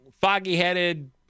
Foggy-headed